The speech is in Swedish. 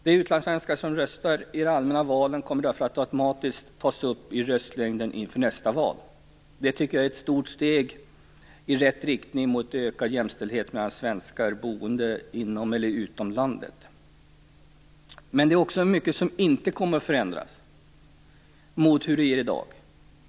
De utlandssvenskar som röstar i allmänna val kommer därför att automatiskt tas upp i röstlängden inför nästa val. Det tycker jag är ett stort steg i rätt riktning mot ökad jämställdhet mellan svenskar som bor inom och utom landet. Men det är också mycket som inte kommer att förändras i förhållande till hur det är i dag.